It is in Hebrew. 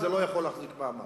זה לא יכול להחזיק מעמד.